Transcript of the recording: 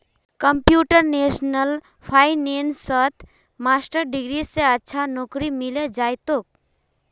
computational फाइनेंसत master degree स अच्छा नौकरी मिले जइ तोक